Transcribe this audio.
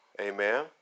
Amen